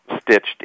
stitched